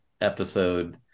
episode